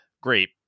great